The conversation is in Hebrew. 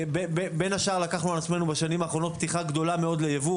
בין השאר לקחנו על עצמנו בשנים האחרונות פתיחה גדולה מאד ליבוא